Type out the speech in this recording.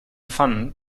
pfannen